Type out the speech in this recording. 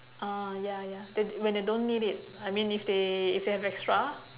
orh ya ya they when they don't need it I mean if they if they have extra